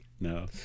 No